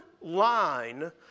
line